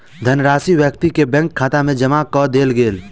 धनराशि व्यक्ति के बैंक खाता में जमा कअ देल गेल